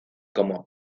como